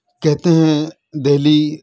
کہتے ہیں دہلی